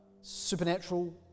supernatural